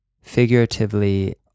figuratively